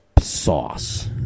sauce